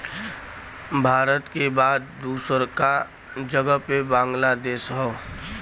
भारत के बाद दूसरका जगह पे बांग्लादेश हौ